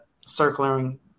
circling